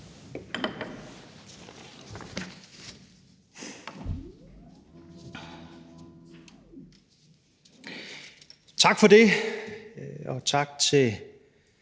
Tak for det, og også tak til